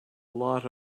lot